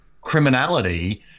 criminality